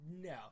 no